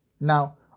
Now